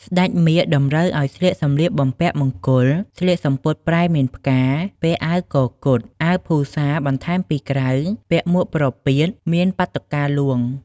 ស្ដេចមាឃ តម្រូវឱ្យស្លៀកសម្លៀកបំពាក់មង្គល ស្លៀកសំពត់ព្រែមានផ្កា ពាក់អាវកកុដ អាវភូសាបន្ថែមពីក្រៅ ពាក់មួកប្រពាត មានបាតុកាហ្លួង។